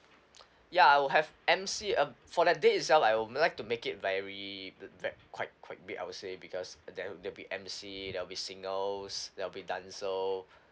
ya I will have emcee um for that day itself I would like to make it very quite quite big I will say because there will there'll be emcee there'll be singers there'll be dancer